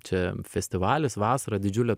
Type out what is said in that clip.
čia festivalis vasara didžiulė